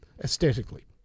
aesthetically